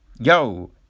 yo